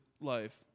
life